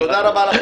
תודה רבה.